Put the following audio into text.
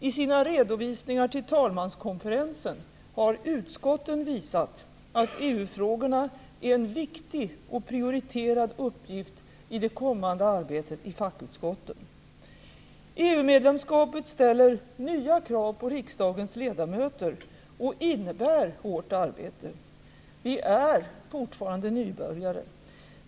I sina redovisningar till talmanskonferensen har utskotten visat att EU-frågorna är en viktig och prioriterad uppgift i det kommande arbetet i fackutskotten. EU-medlemskapet ställer nya krav på riksdagens ledamöter och innebär hårt arbete. Vi är fortfarande nybörjare.